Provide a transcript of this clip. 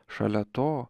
šalia to